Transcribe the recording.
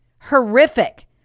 horrific